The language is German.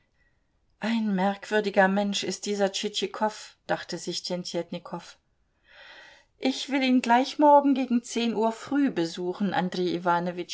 ein merkwürdiger mensch ist dieser tschitschikow dachte sich tjentjetnikow ich will ihn gleich morgen gegen zehn uhr früh besuchen andrej